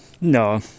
no